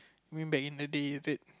you mean back in the day is it